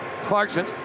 Clarkson